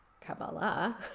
Kabbalah